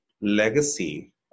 legacy